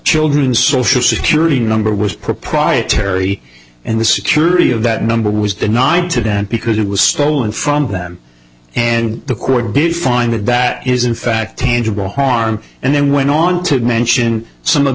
children's social security number was proprietary and the security of that number was the nine today because it was stolen from them and the court did find that that is in fact tangible harm and then went on to mention some of